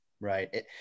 Right